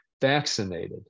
vaccinated